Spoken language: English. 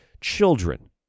children